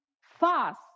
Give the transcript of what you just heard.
fast